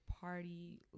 party